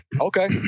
Okay